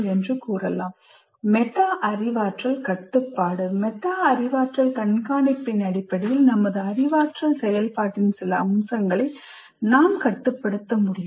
meta அறிவாற்றல் கட்டுப்பாடு meta அறிவாற்றல் கண்காணிப்பின் அடிப்படையில் நமது அறிவாற்றல் செயல்பாட்டின் சில அம்சங்களை நாம் கட்டுப்படுத்த முடியும்